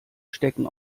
stecken